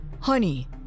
Honey